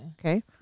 Okay